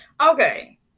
okay